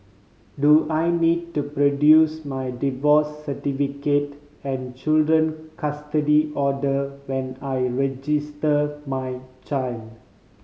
do I need to produce my divorce certificate and children custody order when I register my child